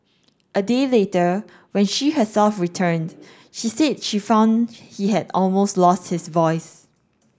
a day later when she herself returned she said she found he had almost lost his voice